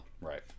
right